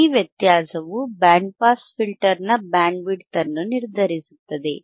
ಈ ವ್ಯತ್ಯಾಸವು band pass ಫಿಲ್ಟರ್ನ ಬ್ಯಾಂಡ್ವಿಡ್ತ್ ಅನ್ನು ನಿರ್ಧರಿಸುತ್ತದೆ